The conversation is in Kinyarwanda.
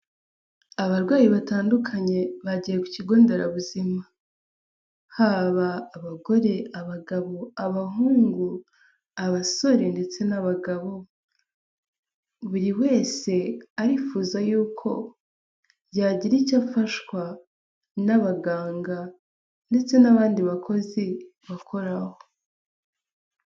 Abarwayi batandukanye bagiye ku kigo nderabuzima haba abagore abagabo abahungu abasore ndetse n'abagabo, buri wese arifuza y'uko yagira icyo afashwa n'abaganga ndetse n'abandi bakozi bakoraho.